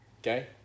okay